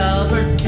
Albert